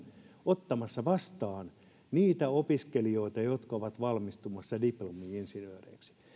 ottamassa vastaan niitä opiskelijoita jotka ovat valmistumassa diplomi insinööreiksi